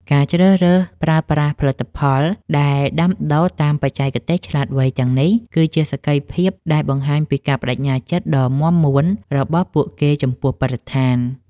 ការជ្រើសរើសប្រើប្រាស់ផលិតផលដែលដាំដុះតាមបច្ចេកទេសឆ្លាតវៃទាំងនេះ គឺជាសក្ខីភាពដែលបង្ហាញពីការប្ដេជ្ញាចិត្តដ៏មាំមួនរបស់ពួកគេចំពោះបរិស្ថាន។